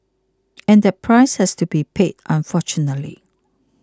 and that price has to be paid unfortunately